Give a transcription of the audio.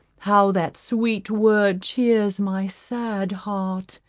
how that sweet word cheers my sad heart.